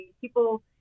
people